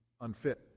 unfit